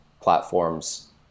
platforms